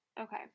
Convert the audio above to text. Okay